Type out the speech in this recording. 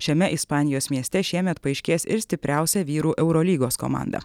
šiame ispanijos mieste šiemet paaiškės ir stipriausia vyrų eurolygos komanda